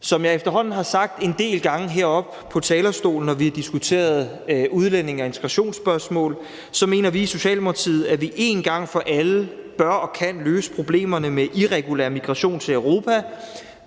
Som jeg efterhånden har sagt en del gange heroppe på talerstolen, når vi har diskuteret udlændinge- og integrationsspørgsmål, mener vi i Socialdemokratiet, at vi en gang for alle bør og kan løse problemerne med irregulær migration til Europa